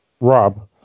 Rob